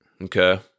okay